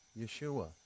Yeshua